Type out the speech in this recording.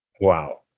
Wow